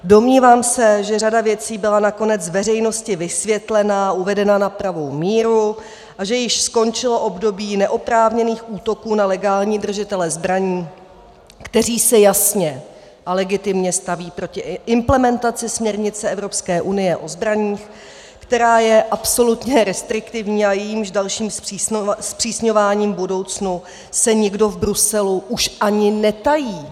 Domnívám se, že řada věcí byla nakonec veřejnosti vysvětlena, uvedena na pravou míru a že již skončilo období neoprávněných útoků na legální držitele zbraní, kteří se jasně a legitimně staví proti implementaci směrnice Evropské unie o zbraních, která je absolutně restriktivní a jejímž dalším zpřísňováním v budoucnu se nikdo Bruselu už ani netají.